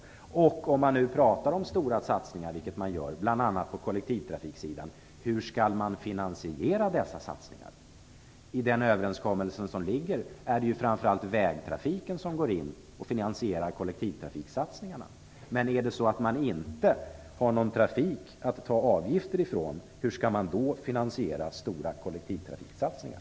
Den tredje frågan är: Om man nu pratar om stora satsningar, vilket man gör bl.a. på kollektivtrafiksidan, hur skall man finansiera dessa satsningar? I den överenskommelse som ligger är det framför allt vägtrafiken som går in och finansierar kollektivtrafiksatsningarna. Men om man inte har någon trafik att ta avgifter från, hur skall man då finansiera stora kollektivtrafiksatsningar?